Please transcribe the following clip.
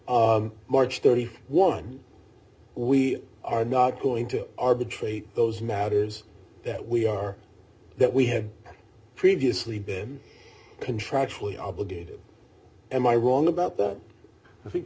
post march thirty one we are not going to arbitrate those matters that we are that we had previously been contractually obligated am i wrong about them i think